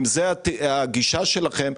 אם זאת הגישה שלכם,